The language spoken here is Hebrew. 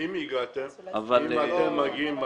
אם אתם מגיעים